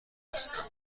هستند